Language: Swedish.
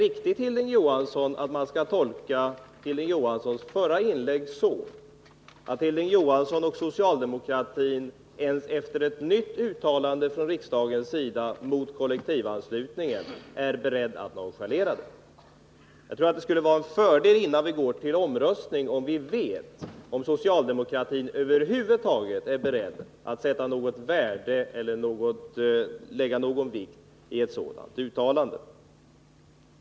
Skall man tolka Hilding Johanssons förra inlägg så att Hilding Johansson och socialdemokratin efter ett nytt uttalande från riksdagens sida mot kollektivanslutning är beredda att nonchalera ett sådant? Innan vi går till omröstning tror jag att det skulle vara en fördel att veta om socialdemokratin över huvud taget är beredd att fästa någon vikt vid ett sådant uttalande.